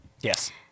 Yes